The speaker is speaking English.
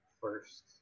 first